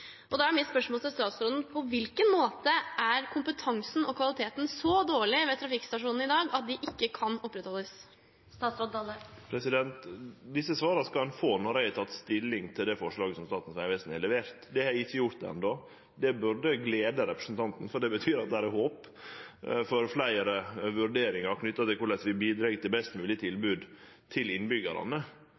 Da er mitt spørsmål til statsråden: På hvilken måte er kompetansen og kvaliteten ved trafikkstasjonene i dag så dårlig at de ikke kan opprettholdes? Desse svara skal ein få når eg har teke stilling til det forslaget som Statens vegvesen har levert. Det har eg ikkje gjort enno, og det burde glede representanten, for det betyr jo at det er håp for fleire vurderingar av korleis vi bidreg til best moglege tilbod til innbyggjarane.